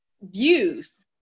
views